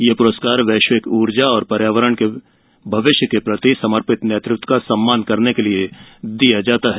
यह पुरस्कार वैश्विक ऊर्जा और पर्यावरण के भविष्य के प्रति समर्पित नेतृत्व का सम्मान करने के लिए दिया जाता है